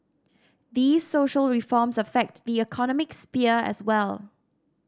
these social reforms affect the economic sphere as well